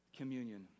communion